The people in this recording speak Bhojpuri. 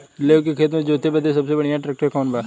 लेव के खेत जोते बदे सबसे बढ़ियां ट्रैक्टर कवन बा?